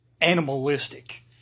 animalistic